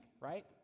right